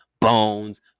bones